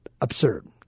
absurd